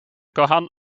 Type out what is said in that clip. koran